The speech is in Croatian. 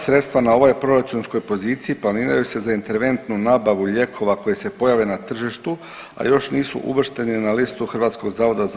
Sredstva na ovoj proračunskoj poziciji planiraju se za interventnu nabavu lijekova koji se pojave na tržištu, a još nisu uvršteni na listu HZZO-a.